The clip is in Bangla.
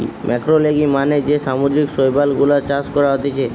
ম্যাক্রোলেগি মানে যে সামুদ্রিক শৈবাল গুলা চাষ করা হতিছে